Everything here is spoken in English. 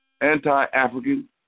anti-African